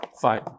fine